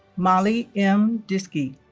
molly m. diskey